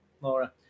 Laura